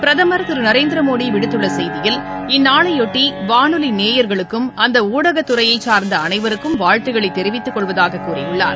பிரதமர் திரு நரேந்திரமோடி விடுத்துள்ள செய்தியில் இந்நாளையொட்டி வானொலி நேயர்களுக்கும் அந்த ஊடகத்துறையைச் சார்ந்த அனைவருக்கும் வாழ்த்துக்களைத் தெரிவித்துக் கொள்வதாகக் கூறியுள்ளார்